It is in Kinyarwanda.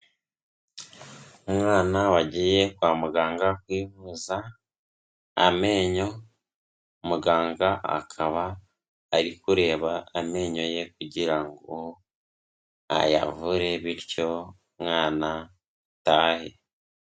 Umwana wagiye kwa muganga kwivuza amenyo, muganga akaba ari kureba amenyo ye kugira ngo ayavure bityo umwana atahe.